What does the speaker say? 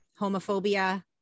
homophobia